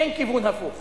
אין כיוון הפוך.